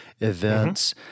events